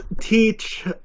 teach